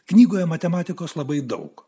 knygoje matematikos labai daug